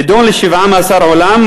נידון לשבעה מאסרי עולם,